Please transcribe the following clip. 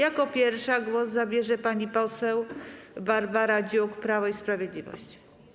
Jako pierwsza głos zabierze pani poseł Barbara Dziuk, Prawo i Sprawiedliwość.